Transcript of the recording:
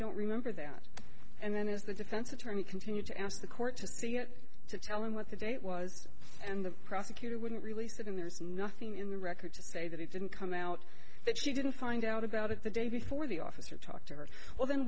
don't remember that and then is the defense attorney continue to ask the court just to tell him what the date was and the prosecutor wouldn't release it and there's nothing in the record to say that it didn't come out that she didn't find out about it the day before the officer talked to her well then